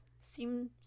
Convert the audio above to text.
seem